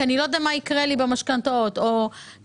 כי אני לא יודע מה יקרה לי במשכנתאות או לקחת